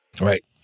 Right